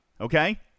Okay